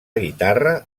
guitarra